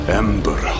ember